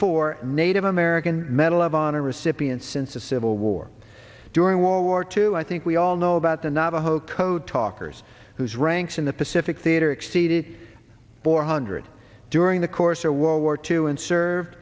four native america medal of honor recipient since the civil war during world war two i think we all know about the navajo code talkers whose ranks in the pacific theater exceeded bor hundred during the course or world war two and serve